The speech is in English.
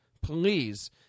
please